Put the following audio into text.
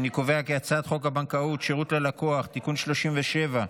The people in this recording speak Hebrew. אין חוק הבנקאות (שירות ללקוח) (תיקון מס' 37),